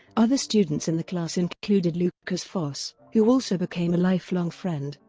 other students in the class included lukas foss, who also became a lifelong friend.